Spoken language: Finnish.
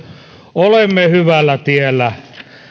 olemme hyvällä tiellä